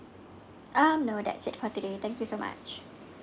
um no that's it for today thank you so much